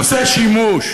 עושה שימוש